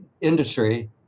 industry